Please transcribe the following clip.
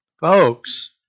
Folks